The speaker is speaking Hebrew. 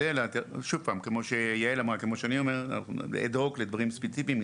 כמו שיעל אמרה, אנחנו מטפלים בדברים ספציפיים.